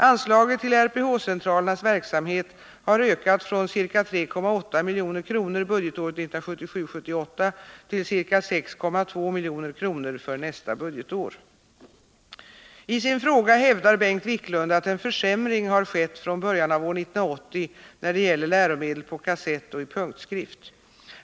Anslaget till RPH-centralernas verksamhet har ökat från ca 3,8 milj.kr. budgetåret 1977/78 till ca 6,2 milj.kr. för nästa budgetår. Isin fråga hävdar Bengt Wiklund att en försämring har skett från början av år 1980 när det gäller läromedel på kassett och i punktskrift.